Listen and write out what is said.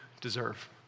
deserve